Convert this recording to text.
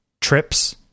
trips